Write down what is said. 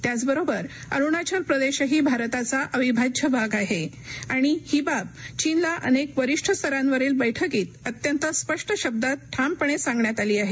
त्याच बरोबर अरुणाचल प्रदेशही भारताचा अविभाज्य भाग आहे आणि ही बाब चीनला अनेक वरिष्ठ स्तरांवरील बैठकीत अत्यंत स्पष्ट शब्दांत ठामपणे सांगण्यात आली आहे